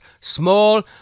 small